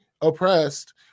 oppressed